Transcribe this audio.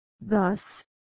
Thus